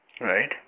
Right